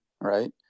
right